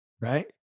right